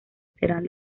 serán